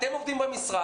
אתם עובדים במשרד,